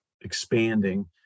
expanding